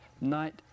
night